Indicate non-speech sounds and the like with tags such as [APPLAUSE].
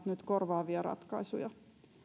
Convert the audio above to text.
[UNINTELLIGIBLE] nyt korvaavia ratkaisuja